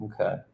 okay